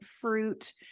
fruit